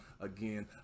again